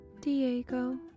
Diego